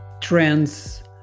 trends